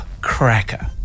cracker